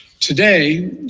Today